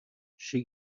she